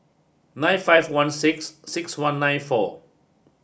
nine five one six six one nine four